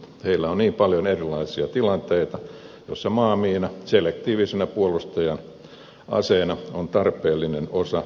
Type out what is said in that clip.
heillä on niin paljon erilaisia tilanteita joissa maamiina selektiivisenä puolustaja aseena on tarpeellinen osa arsenaalia